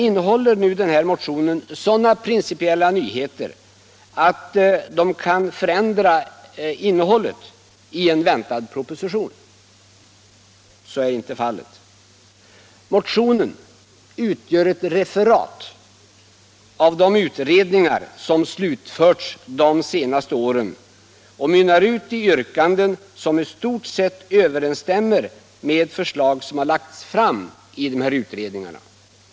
Innehåller nu denna motion några sådana principiella nyheter att de kan förändra innehållet i en väntad proposition? Så är inte fallet. Motionen utgör ett referat av de utredningar som slutförts under de senaste åren, och den mynnar ut i yrkanden som i stort sett överensstämmer med förslag som lagts fram av de här utredningarna.